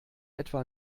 etwa